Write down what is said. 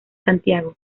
santiago